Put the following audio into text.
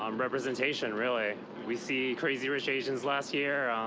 um representation, really. we see crazy rich asians last year.